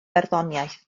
barddoniaeth